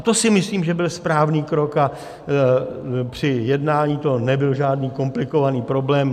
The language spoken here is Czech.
To si myslím, že byl správný krok, a při jednání to nebyl žádný komplikovaný problém.